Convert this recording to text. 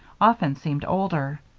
often seemed older.